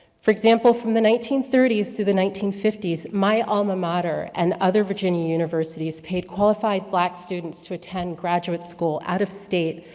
for example, from the nineteen thirty s to the nineteen fifty s, my alma mater, and other virginia universities, payed qualified black students to attend graduate school out of state,